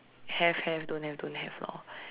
have have don't have don't have lor